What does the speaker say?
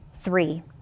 three